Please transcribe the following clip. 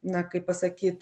na kaip pasakyt